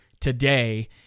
today